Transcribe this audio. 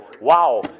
wow